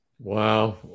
Wow